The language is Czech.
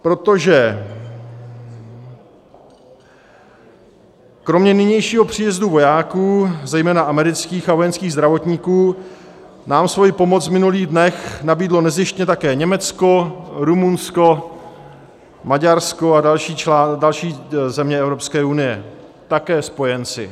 Protože kromě nynějšího příjezdu vojáků, zejména amerických a vojenských zdravotníků, nám svoji pomoc v minulých dnech nabídlo nezištně také Německo, Rumunsko, Maďarsko a další země Evropské unie, také spojenci.